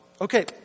Okay